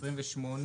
הצבעה סעיף 85(27)